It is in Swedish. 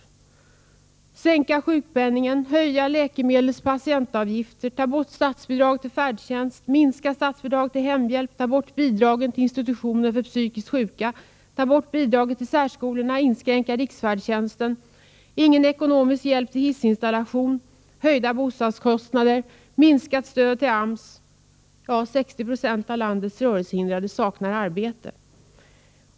De vill sänka sjukpenningen, höja läkemedelsoch patientavgifter, ta bort statsbidrag till färdtjänst, minska statsbidrag till hemhjälp, ta bort bidragen till institutioner för psykiskt sjuka, ta bort bidraget till särskolorna, inskränka riksfärdtjänsten, säga nej till ekonomisk hjälp till hissinstallation, höja bostadskostnaderna, minska stödet till AMS — 60 26 av landets rörelsehindrade saknar arbete.